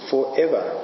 forever